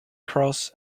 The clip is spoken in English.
cross